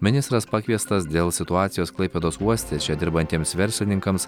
ministras pakviestas dėl situacijos klaipėdos uoste čia dirbantiems verslininkams